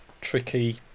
tricky